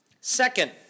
Second